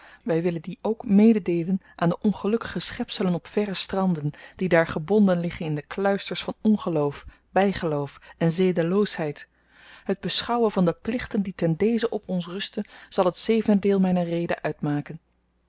wy willen die ook mededeelen aan de ongelukkige schepselen op verre stranden die daar gebonden liggen in de kluisters van ongeloof bygeloof en zedeloosheid het beschouwen van de plichten die ten dezen op ons rusten zal het zevende deel myner rede uitmaken